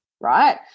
right